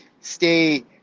stay